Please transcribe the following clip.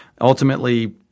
Ultimately